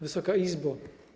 Wysoka Izbo!